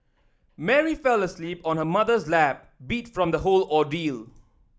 Mary fell asleep on her mother's lap beat from the whole ordeal